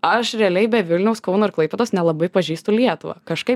aš realiai be vilniaus kauno ir klaipėdos nelabai pažįstu lietuvą kažkaip